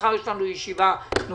מחר יש לנו ישיבה נוספת.